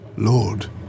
Lord